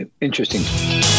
interesting